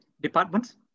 departments